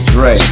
Dre